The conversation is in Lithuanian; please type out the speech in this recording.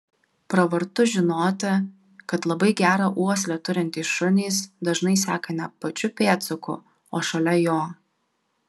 pravartu žinoti kad labai gerą uoslę turintys šunys dažnai seka ne pačiu pėdsaku o šalia jo